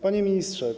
Panie Ministrze!